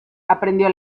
aprendió